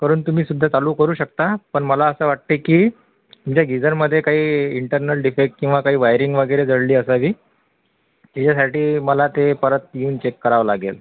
करून तुम्हीसुद्धा चालू करू शकता पण मला असं वाटते की तुमच्या गिजरमध्ये काही इंटर्नल डिफेक्ट किंवा काही वायरिंग वगैरे जळली असावी याच्यासाठी मला ते परत येऊन चेक करावं लागेल